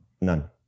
None